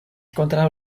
kontraŭ